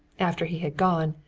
after he had gone,